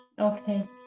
Okay